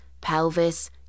pelvis